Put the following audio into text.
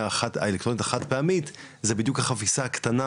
האלקטרוניות החד פעמית זה בדיוק החפיסה הקטנה